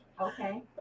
okay